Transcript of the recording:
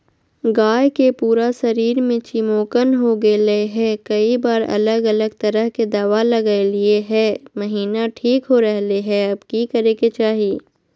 गाय के पूरा शरीर में चिमोकन हो गेलै है, कई बार अलग अलग तरह के दवा ल्गैलिए है महिना ठीक हो रहले है, अब की करे के चाही?